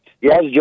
Yes